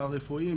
פרא-רפואי,